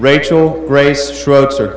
rachel ray strokes or